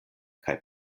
kaj